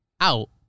out